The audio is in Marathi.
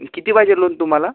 किती पाहिजे लोन तुम्हाला